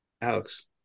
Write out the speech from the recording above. alex